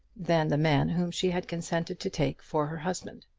than the man whom she had consented to take for her husband.